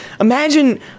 Imagine